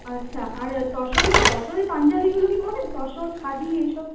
আচ্ছা আর তসরের তসরের পাঞ্জাবিগুলো কি হবে তসর খাদি এইসব